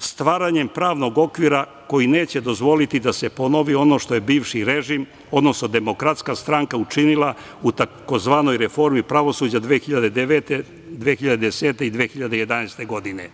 stvaranjem pravnog okvira koji neće dozvoliti da se ponovi ono što je bivši režim, odnosno Demokratska stranka učinila u tzv. reformi pravosuđa 2009, 2010. i 2011. godine.